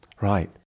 Right